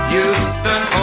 Houston